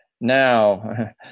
Now